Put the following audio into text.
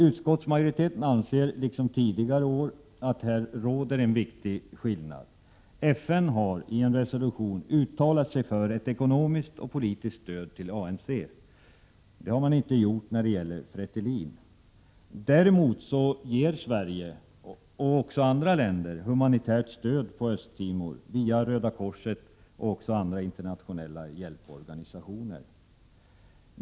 Utskottsmajoriteten anser liksom tidigare år att här råder en viktig skillnad. FN har i en resolution uttalat sig för ett ekonomiskt och politiskt stöd till ANC, men det har man inte gjort när det gäller Fretilin. Däremot ger Sverige och andra länder humanitärt stöd på Östtimor via Röda korset och andra internationella hjälporganisationer.